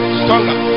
stronger